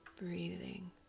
breathing